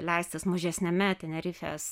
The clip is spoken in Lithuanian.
leistis mažesniame tenerifės